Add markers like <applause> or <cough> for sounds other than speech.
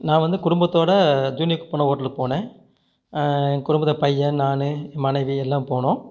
நான் வந்து குடும்பத்தோட <unintelligible> ஹோட்டலுக்கு போன என் குடும்பத்தில் பையன் நான் மனைவி எல்லாம் போனோம்